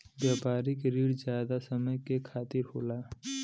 व्यापारिक रिण जादा समय के खातिर होला